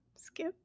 skip